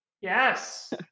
Yes